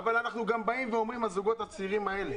אבל אנחנו גם אומרים: הזוגות הצעירים האלה